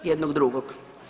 Jednog drugog.